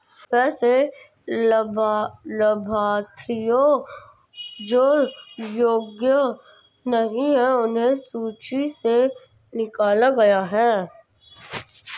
वैसे लाभार्थियों जो योग्य नहीं हैं उन्हें सूची से निकला गया है